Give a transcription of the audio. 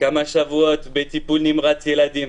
כמה שבועות בטיפול נמרץ ילדים.